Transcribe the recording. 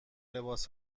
لباس